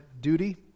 duty